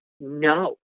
no